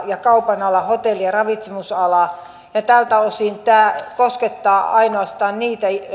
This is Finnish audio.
ja kaupan alalla hotelli ja ravitsemusalalla tältä osin tämä koskettaa ainoastaan niitä